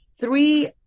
three